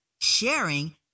sharing